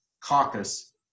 Caucus